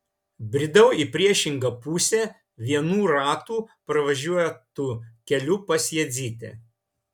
bridau į priešingą pusę vienų ratų pravažiuotu keliu pas jadzytę